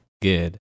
good